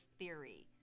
theory